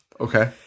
Okay